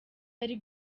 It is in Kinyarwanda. yari